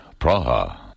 Praha